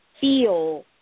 feel